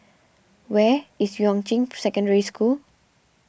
where is Yuan Ching Secondary School